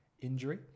injury